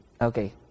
Okay